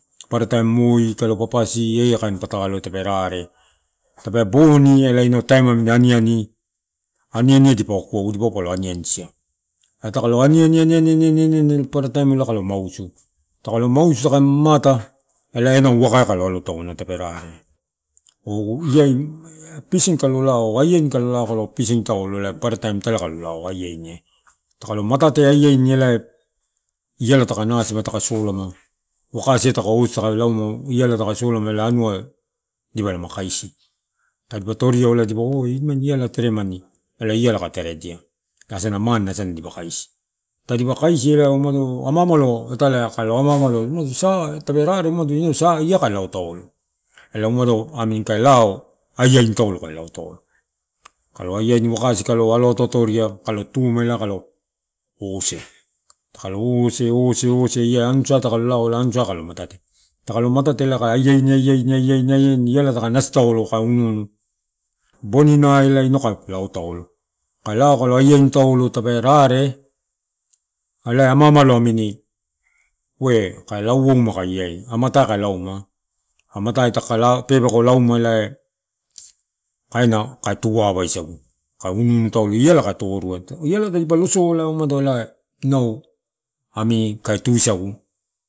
Papara taim moi, kalo papasi eia kain pataloua tepe rare tepe boni elai inau taim namini aniani, aniani dipa okua dipaua palo aniani sia. Aree takaloo aniani- aniani- aniani-aniani-aniani elai parataim kalo, mausu, takalo masu taka mamata elai ena uaka ee kalo alo taona tepe rare. Oiyai pisin kalo lao oo aiaini kalo lao kalo pisin taolo elai parataim italai kalo lao aiainia. Takalo matate aiaini elae, iala taka nasii taka solama ela anua dipala ma kaisi. Tadipa toriau elai dipaua oii nimani iala teremani, elai umaro, ama'amalo italae kalo ama amalo inau sa, tepe rare umado inau sa iyai kae lao taolo? Ela umado amini ka lao, anaini kae lao taolo. Kalo aiaini wakasi kalo alo ato toria kalo tumee ela kalo ose. Takalo ose, ose, ose iya anusa kalo matate. Takalo matate elai kae aiaini taolo tepe rare, elai inau kae lao taolo, kae lao laelo aiaini taolo tepe rare, elae ammamalo amiini we kae lauouma aka iyai amatai kae lauma, amatai taka ka pepeko lauma elai, kaina kae tuu awa awa isagu. Ka unuunu taolo, iala ka toruai. Iala tadipa losoo elai umado lau nau amini inau kae tusagu.